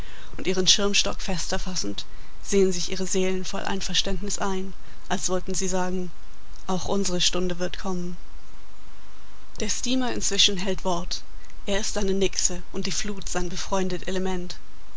und ihren schirmstock fester fassend sehen sich ihre seelen voll einverständnis an als wollten sie sagen auch unsere stunde wird kommen der steamer inzwischen hält wort er ist eine nixe und die flut sein befreundet element